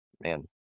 man